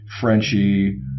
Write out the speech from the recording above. Frenchie